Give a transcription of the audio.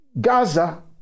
Gaza